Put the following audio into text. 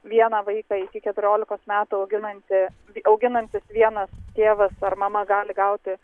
vieną vaiką iki keturiolikos metų auginanti auginantis vienas tėvas ar mama gali gauti